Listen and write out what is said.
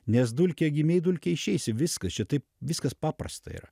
nes dulke gimei dulke išeisi viskas čia taip viskas paprasta yra